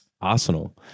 Arsenal